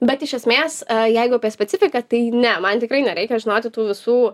bet iš esmės jeigu apie specifiką tai ne man tikrai nereikia žinoti tų visų